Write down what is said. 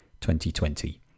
2020